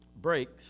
breaks